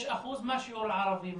מה שיעור הערבים